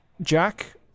Jack